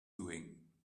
doing